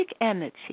energy